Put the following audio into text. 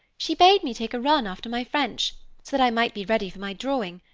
she bade me take a run after my french, so that i might be ready for my drawing,